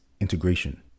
integration